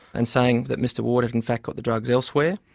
and saying that mr ward had in fact got the drugs elsewhere.